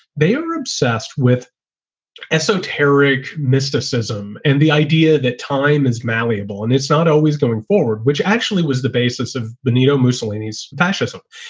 they are obsessed with esoteric mysticism and the idea that time is malleable and it's not always going forward. which actually was the basis of benito mussolini's fascism.